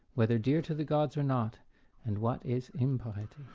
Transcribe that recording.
whether dear to the gods or not and what is impiety?